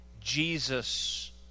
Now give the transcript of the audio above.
Jesus